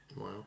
Wow